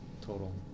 total